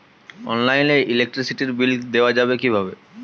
অনলাইনে ইলেকট্রিসিটির বিল দেওয়া যাবে কিভাবে?